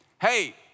hey